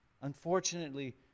Unfortunately